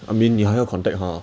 I mean 你还要 contact !huh!